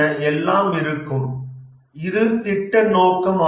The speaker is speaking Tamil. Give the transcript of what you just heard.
எல்லாம் இருக்கும் இதுவே திட்ட நோக்கம் ஆகும்